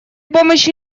помощи